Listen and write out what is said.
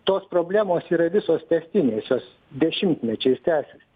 tos problemos yra visos tęstinės jos dešimtmečiais tęsiasi